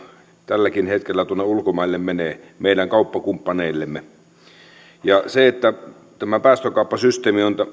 tälläkin hetkellä tuonne ulkomaille menee meidän kauppakumppaneillemme kun tämä päästökauppasysteemi on